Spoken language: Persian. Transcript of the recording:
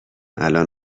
الان